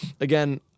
again